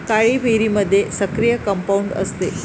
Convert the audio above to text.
काळी मिरीमध्ये सक्रिय कंपाऊंड असते